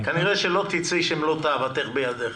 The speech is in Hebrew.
כנראה שלא תצאי כשמלוא תאוותך בידך.